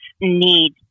need